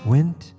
Went